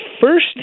first